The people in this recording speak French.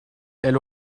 elle